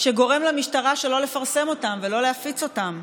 שגורם למשטרה שלא לפרסם אותן ולא להפיץ אותן.